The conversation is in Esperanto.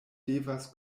devas